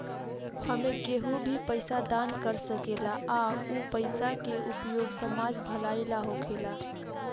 एमें केहू भी पइसा दान कर सकेला आ उ पइसा के उपयोग समाज भलाई ला होखेला